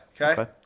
Okay